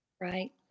right